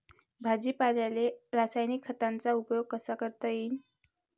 भाजीपाल्याले रासायनिक खतांचा उपयोग कसा करता येईन?